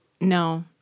No